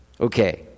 Okay